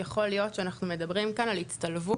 יכול להיות שאנחנו מדברים כאן על הצטלבות